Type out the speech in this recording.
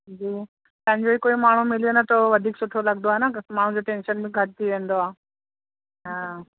जी पंहिंजो ई कोई माण्हू मिली वेंदो आहे त उहो वधीक सुठो लॻंदो आहे न माण्हू जो टेंशन बि घटि थी वेंदो आहे हा